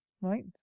Right